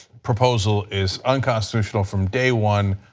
proposal is unconstitutional from day one,